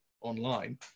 online